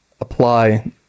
apply